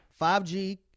5G